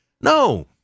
No